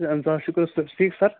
A اہن سا شُکُر حظ سر تُہۍ چھِو ٹھیٖک سَر